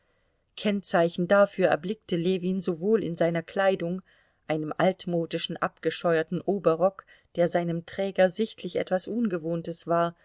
kennzeichen dafür erblickte ljewin sowohl in seiner kleidung einem altmodischen abgescheuerten oberrock der seinem träger sichtlich etwas ungewohntes war